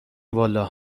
والا